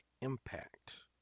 impact